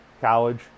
college